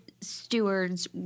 stewards